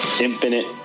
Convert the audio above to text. infinite